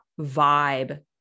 vibe